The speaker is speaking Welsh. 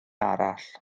arall